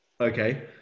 okay